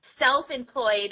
self-employed